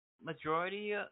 majority